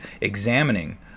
examining